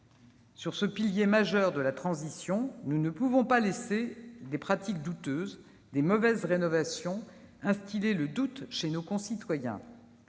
Sur ce pilier majeur de la transition, nous ne pouvons pas laisser des pratiques douteuses et de mauvaises rénovations instiller le doute chez nos concitoyens.